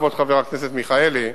כבוד חבר הכנסת מיכאלי,